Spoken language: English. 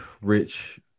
rich